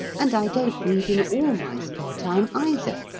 and i don't read in all my spare time, either.